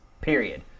period